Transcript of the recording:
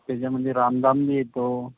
त्याच्यामधे रामधाम येतो